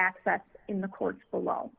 assets in the courts below